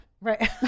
Right